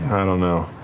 i don't know.